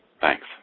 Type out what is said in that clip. Thanks